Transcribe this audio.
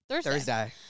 Thursday